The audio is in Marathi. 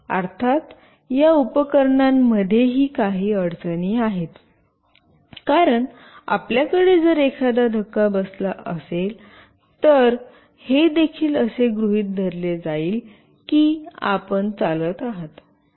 अर्थात या उपकरणांमध्येही काही अडचणी आहेत कारण आपल्याकडे जर एखादा धक्का बसला असेल तर हे देखील असे गृहित धरले जाईल की आपण चालत आहात